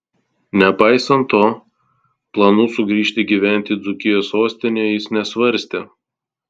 nepaisant to planų sugrįžti gyventi į dzūkijos sostinę jis nesvarstė